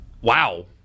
Wow